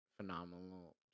phenomenal